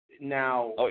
Now